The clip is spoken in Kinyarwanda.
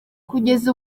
kugeza